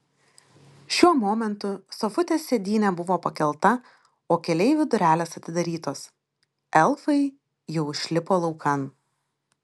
šiuo momentu sofutės sėdynė buvo pakelta o keleivių durelės atidarytos elfai jau išlipo laukan